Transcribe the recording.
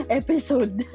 episode